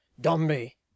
Dombey